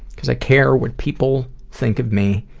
cause i care what people think of me,